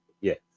Yes